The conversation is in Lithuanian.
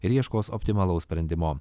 ir ieškos optimalaus sprendimo